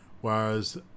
whereas